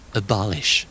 abolish